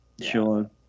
Sure